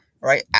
right